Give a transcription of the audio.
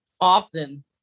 often